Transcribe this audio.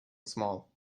small